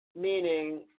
meaning